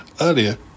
earlier